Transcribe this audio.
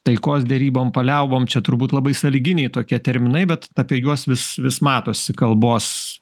taikos derybom paliaubom čia turbūt labai sąlyginiai tokie terminai bet apie juos vis vis matosi kalbos